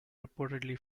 reportedly